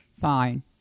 fine